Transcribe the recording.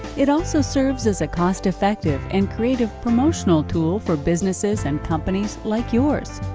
it also serves as a cost-effective and creative promotional tool for businesses and companies like yours.